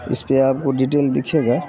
اس پہ آپ کو ڈیٹیل دکھے گا